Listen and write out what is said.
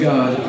God